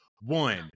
one